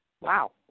Wow